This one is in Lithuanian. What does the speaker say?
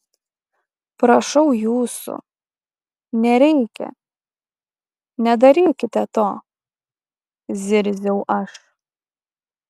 prašau jūsų nereikia nedarykite to zirziau aš